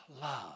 love